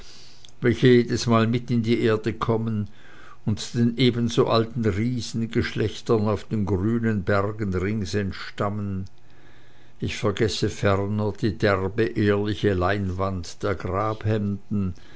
welche jedesmal mit in die erde kommen und den ebenso alten riesengeschlechtern auf den grünen bergen rings entstammen ich vergesse ferner die derbe ehrliche leinwand der